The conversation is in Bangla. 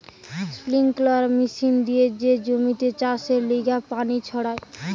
স্প্রিঙ্কলার মেশিন দিয়ে যে জমিতে চাষের লিগে পানি ছড়ায়